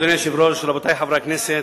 אדוני היושב-ראש, רבותי חברי הכנסת,